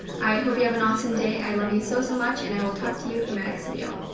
i hope you have an awesome day. i love you so, so much, and i will talk to you in my next video.